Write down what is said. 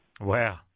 Wow